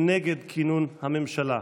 הוא נגד כינון הממשלה.